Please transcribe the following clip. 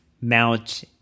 Mount